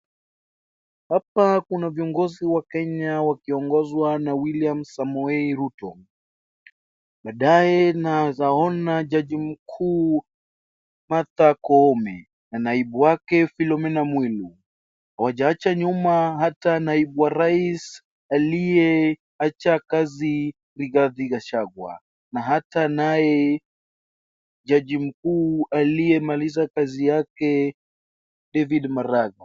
Hapa kuna viongozi wa Kenya wakiongozwa na William Samoei Ruto. Baadaye naeza ona jaji mkuu Martha Koome, na naibu wake Philomena Mwilu. Hawajaacha nyuma hata naibu wa rais aliyeacha kazi Rigathi Gachagua, na hata naye jaji mkuu aliyemaliza kazi yake David Maraga.